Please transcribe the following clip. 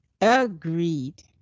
Agreed